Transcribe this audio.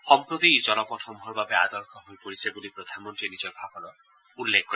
সম্প্ৰতি ই জলপথসমূহৰ বাবে আদৰ্শ হৈ পৰিছে বুলি প্ৰধানমন্ত্ৰীয়ে নিজৰ ভাষণত উল্লেখ কৰে